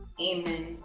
amen